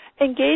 Engage